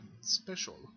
special